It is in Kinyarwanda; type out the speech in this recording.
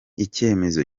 icyemezo